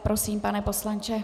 Prosím, pane poslanče.